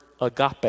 agape